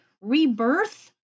rebirth